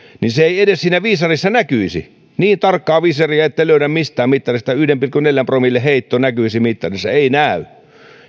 niin edes se ei siinä viisarissa näkyisi niin tarkkaa viisaria ette löydä mistään mittarista että yhden pilkku neljän promillen heitto näkyisi ei näy